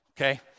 okay